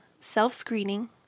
self-screening